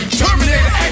terminate